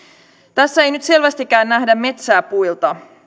tässä ei nyt selvästikään nähdä metsää puilta